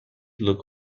look